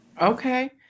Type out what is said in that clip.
Okay